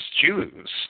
Jews